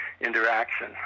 interaction